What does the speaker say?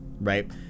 Right